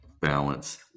balance